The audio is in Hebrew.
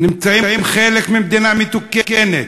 חלק ממדינה מתוקנת,